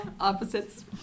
Opposites